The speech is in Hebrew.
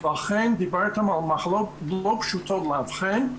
ואכן דיברתן על מחלות לא פשוטות לאבחן,